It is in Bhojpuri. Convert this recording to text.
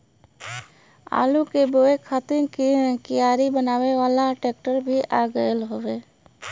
आलू के बोए खातिर कियारी बनावे वाला ट्रेक्टर भी आ गयल हउवे